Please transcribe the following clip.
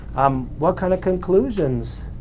um what kind of conclusions